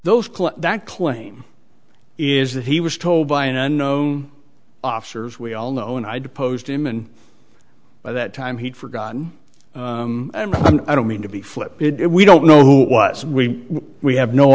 those that claim is that he was told by an unknown officers we all know and i deposed him and by that time he'd forgotten i don't mean to be flip it we don't know who it was we we have no